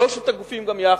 שלושת הגופים גם יחד,